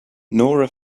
nora